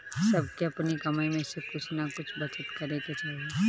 सबके अपनी कमाई में से कुछ नअ कुछ बचत करे के चाही